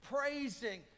praising